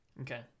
Okay